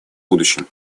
будущем